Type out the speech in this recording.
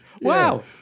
Wow